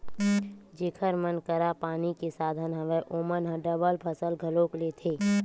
जेखर मन करा पानी के साधन हवय ओमन ह डबल फसल घलोक लेथे